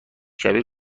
کبیر